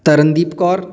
Tarandeep Kaur